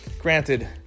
granted